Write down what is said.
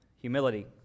humility